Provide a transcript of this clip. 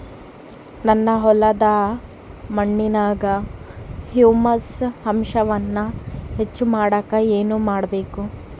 ನನ್ನ ಹೊಲದ ಮಣ್ಣಿನಾಗ ಹ್ಯೂಮಸ್ ಅಂಶವನ್ನ ಹೆಚ್ಚು ಮಾಡಾಕ ನಾನು ಏನು ಮಾಡಬೇಕು?